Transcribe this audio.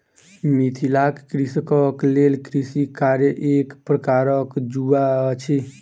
मिथिलाक कृषकक लेल कृषि कार्य एक प्रकारक जुआ अछि